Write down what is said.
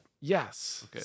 Yes